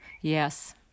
Yes